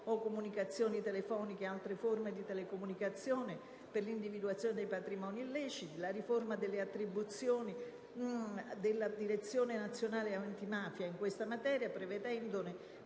o comunicazioni telefoniche e di altre forme di telecomunicazione per l'individuazione di patrimoni illeciti; la riforma delle attribuzioni della Direzione nazionale antimafia in questa materia, con